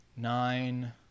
nine